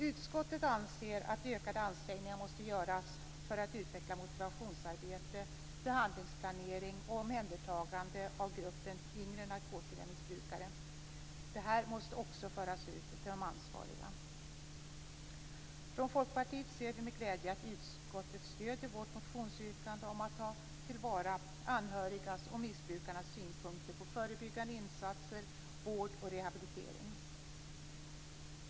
Utskottet anser att ökade ansträngningar måste göras för att utveckla motivationsarbete, behandlingsplanering och omhändertagande av gruppen yngre narkotikamissbrukare. Detta måste också föras ut till ansvariga. Vi från Folkpartiet ser med glädje att utskottet stöder vårt motionsyrkande om att ta till vara de anhörigas och missbrukarnas synpunkter på förebyggande insatser, vård och rehabilitering.